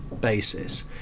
basis